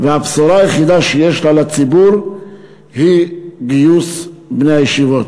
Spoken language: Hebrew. והבשורה היחידה שיש לה לציבור היא גיוס בני הישיבות.